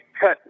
cut